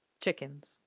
chickens